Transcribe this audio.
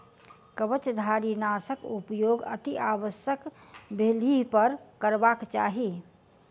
कवचधारीनाशक उपयोग अतिआवश्यक भेलहिपर करबाक चाहि